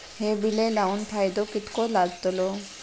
हे बिये लाऊन फायदो कितको जातलो?